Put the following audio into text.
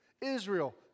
Israel